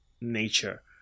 nature